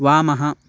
वामः